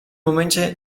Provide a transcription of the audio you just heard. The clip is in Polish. momencie